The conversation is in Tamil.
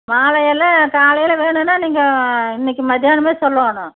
மாலையெல்லாம் காலையில வேணும்ன்னா நீங்கள் இன்னைக்கு மத்தியானமே சொல்லணும்